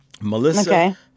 Melissa